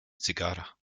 cygara